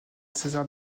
césar